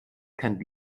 kein